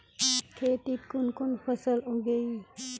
खेतीत कुन कुन फसल उगेई?